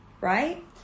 Right